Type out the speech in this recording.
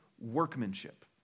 workmanship